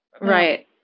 right